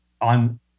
on